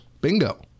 Bingo